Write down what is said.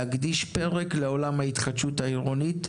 יש להקדיש פרק לעולם ההתחדשות העירונית,